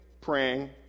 praying